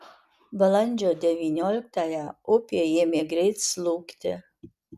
balandžio devynioliktąją upė ėmė greit slūgti